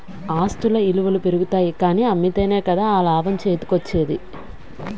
ఆస్తుల ఇలువలు పెరుగుతాయి కానీ అమ్మితేనే కదా ఆ లాభం చేతికోచ్చేది?